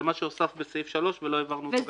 זה מה שהוספת בסעיף (3) ולא העברנו אותו גם ל-(2).